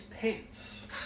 pants